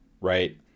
right